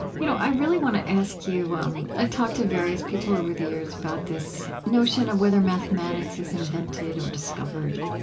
you know, i really want to ask you um i've talked to various people over the years about this notion of whether mathematics is invented or discovered.